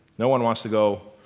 no one wants to go,